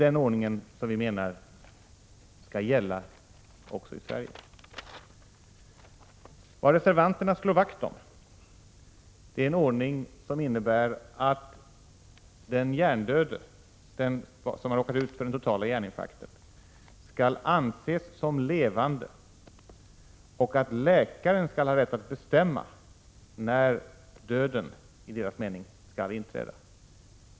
Den ordningen anser vi skall gälla också i Sverige. Reservanterna slår vakt om en ordning som innebär att den hjärndöde, den som har råkat ut för den totala hjärninfarkten, skall anses som levande och att läkaren skall ha rätt att bestämma när döden skall inträda.